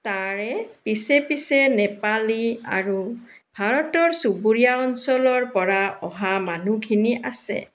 তাৰে পিছে পিছে নেপালী আৰু ভাৰতৰ চুবুৰীয়া অঞ্চলৰ পৰা অহা মানুহখিনি আছে